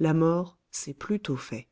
la mort c'est plus tôt fait